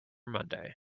monday